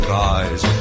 rise